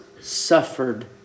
suffered